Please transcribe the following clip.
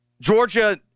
Georgia